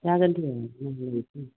जागोन दे